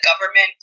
government